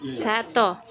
ସାତ